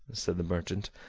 said the merchant,